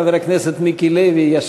חבר הכנסת מיקי לוי,